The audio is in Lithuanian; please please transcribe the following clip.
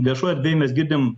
viešoj erdvėj mes girdim